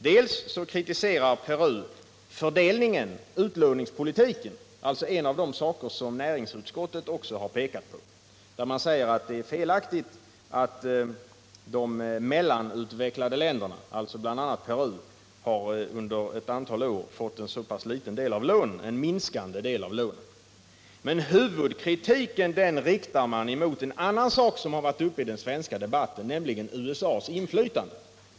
Peru kritiserar fördelningen, utlåningspolitiken — en av de saker som näringsutskottet också pekade på — och säger att det är felaktigt att de mellanutvecklade länderna, alltså bl.a. Peru, under ett antal år fått så pass liten och minskande del av lånen. Men huvudkritiken riktar man mot en annan sak som varit uppe i den svenska debatten, nämligen USA:s inflytande.